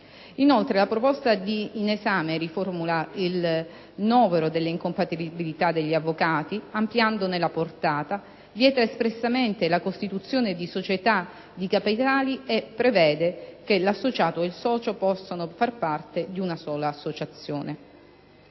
Inoltre, la proposta in esame riformula il novero delle incompatibilità degli avvocati ampliandone la portata, vieta espressamente la costituzione di società di capitali e prevede che l'associato o il socio possano far parte di una sola associazione.